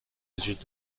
وجود